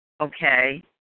Okay